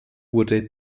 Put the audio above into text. wurde